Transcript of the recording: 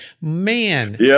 Man